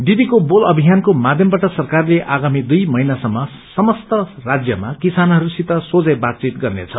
दिदीको बोल अभियानको माध्यमबाट सरकारले आगामी दुइ महीनासम्य समस्त राज्यमा किसानहरूसित सोझै बातवित गर्नेछ